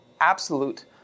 absolute